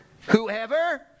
whoever